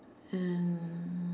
and